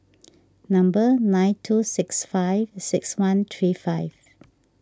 number nine two six five six one three five